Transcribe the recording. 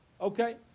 Okay